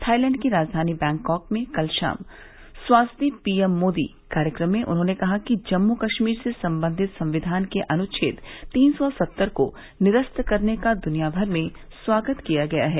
Thailand की राजघानी Bangkok में कल शाम स्वास्दी पीएम मोदी कार्यक्रम में उन्हॉने कहा कि जम्मू कश्मीर से संबंधित संक्विान के अनुच्छेद तीन सौ सत्तर को निरस्त करने का दुनिया भर में स्वागत किया गया है